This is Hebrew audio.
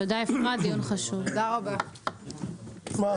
תודה רבה לכולם.